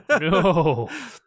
No